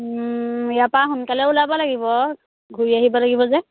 ইয়াৰ পৰা সোনকালে ওলাব লাগিব ঘূৰি আহিব লাগিব যে